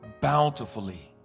bountifully